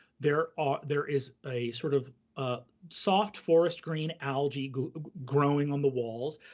there ah there is a sort of ah soft forest green algae growing on the walls,